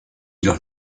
los